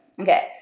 okay